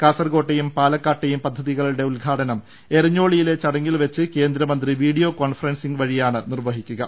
കാസർകോട്ടെയും പാലക്കാട്ടെയും പദ്ധതികളുടെ ഉദ്ഘാടനം എരഞ്ഞോളിയിലെ ചടങ്ങിൽവെച്ച് കേന്ദ്ര മന്ത്രി വീഡിയോ കോൺഫറൻസിംഗ് വഴിയാണ് നിർവഹിക്കുക